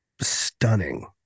stunning